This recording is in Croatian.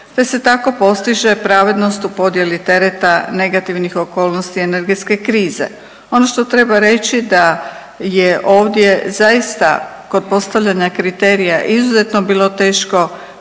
te se tako postiže pravednost u podjeli tereta negativnih okolnosti energetske krize. Ono što treba reći da je ovdje zaista kod postavljanja kriterija izuzetno bilo teško